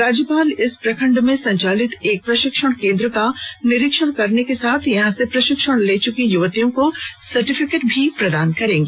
राज्यपाल इस प्रखंड में संचालित एक प्रशिक्षण केंद्र का निरीक्षण करने के साथ यहां से प्रशिक्षण ले चुकी युवतियों को सर्टिफिकेट प्रदान करेंगी